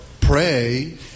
pray